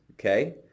okay